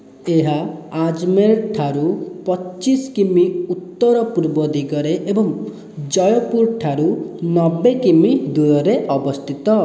ଏହା ଆଜମେର ଠାରୁ ପଚିଶି କିମି ଉତ୍ତର ପୂର୍ବ ଦିଗରେ ଏବଂ ଜୟପୁର ଠାରୁ ନବେ କିମି ଦୂରରେ ଅବସ୍ଥିତ